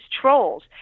trolls